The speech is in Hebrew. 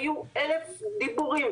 היו אלף דיבורים,